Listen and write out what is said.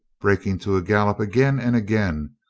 breaking to a gallop again and again,